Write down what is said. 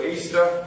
Easter